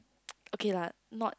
okay lah not